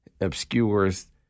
obscures